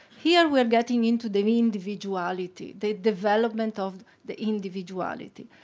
here we are getting into the individuality, the development of the individuality,